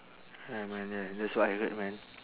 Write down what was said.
ya man ya that's what I heard man